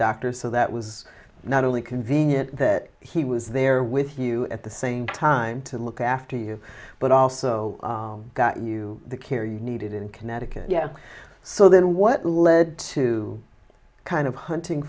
doctor so that was not only convenient that he was there with you at the same time to look after you but also got you the care you needed in connecticut yeah so then what led to kind of hunting